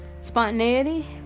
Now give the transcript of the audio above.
Spontaneity